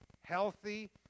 Healthy